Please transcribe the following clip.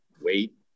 wait